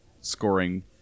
scoring